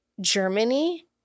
Germany